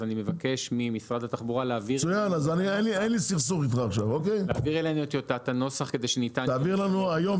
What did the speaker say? אז אני מבקש ממשרד התחבורה להעביר אלינו את טיוטת הנוסח כדי שניתן יהיה